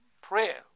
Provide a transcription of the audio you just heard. Prayer